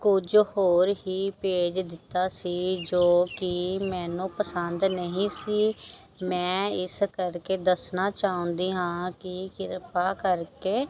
ਕੁਝ ਹੋਰ ਹੀ ਭੇਜ ਦਿੱਤਾ ਸੀ ਜੋ ਕਿ ਮੈਨੂੰ ਪਸੰਦ ਨਹੀਂ ਸੀ ਮੈਂ ਇਸ ਕਰਕੇ ਦੱਸਣਾ ਚਾਹੁੰਦੀ ਹਾਂ ਕਿ ਕਿਰਪਾ ਕਰਕੇ